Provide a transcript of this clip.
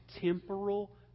temporal